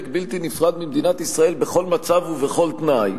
בלתי נפרד ממדינת ישראל בכל מצב ובכל תנאי,